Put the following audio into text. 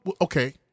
Okay